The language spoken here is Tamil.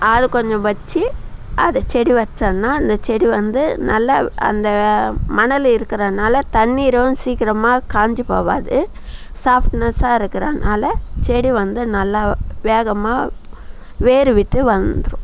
அதை கொஞ்சம் வைச்சு அது செடி வச்சன்னால் அந்த செடி வந்து நல்லா அந்த மணல் இருக்கிறதுனால தண்ணீரும் சீக்கிரமாக காஞ்சு போகாது சாஃப்ட்னஸ்சாக இருக்கிறதுனால செடி வந்து நல்லா வேகமாக வேர் விட்டு வளர்ந்துடும்